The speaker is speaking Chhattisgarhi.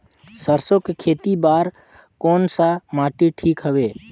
सरसो के खेती बार कोन सा माटी ठीक हवे?